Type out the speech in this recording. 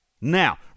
Now